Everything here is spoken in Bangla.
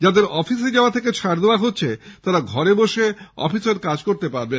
যাদের অফিসে আসা থেকে ছাড় দেওয়া হচ্ছে তারা ঘরে বসে অফিসের কাজ করবেন